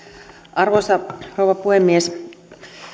arvoisa rouva puhemies